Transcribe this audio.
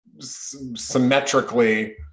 symmetrically